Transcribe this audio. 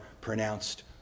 pronounced